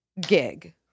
gig